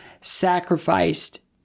sacrificed